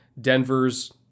Denver's